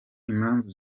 impamvu